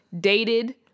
dated